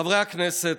חברי הכנסת,